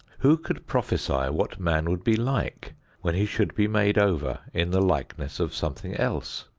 who could prophesy what man would be like when he should be made over in the likeness of something else?